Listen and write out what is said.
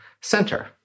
center